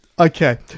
Okay